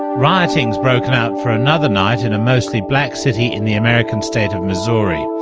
rioting has broken out for another night in a mostly black city in the american state of missouri.